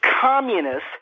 communists